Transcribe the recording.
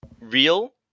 real